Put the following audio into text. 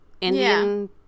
Indian